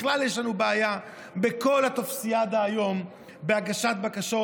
בכלל יש לנו בעיה בכל הטופסיאדה היום בהגשת בקשות.